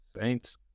Saints